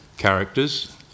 characters